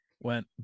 went